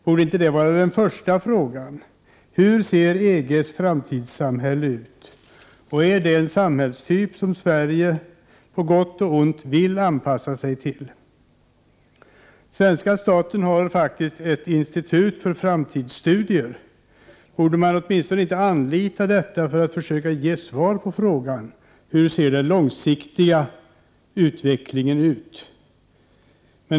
Borde inte det vara den första frågan man ställer sig? Hur ser EG:s framtidssamhälle ut, och är det en samhällstyp som Sverige på gott och ont vill anpassa sig till? Svenska staten har faktiskt ett institut för framtidsstudier. Borde man inte åtminstone anlita detta för att försöka ge svar på frågan: Hur ser den långsiktiga utvecklingen ut?